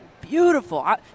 beautiful